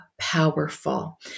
powerful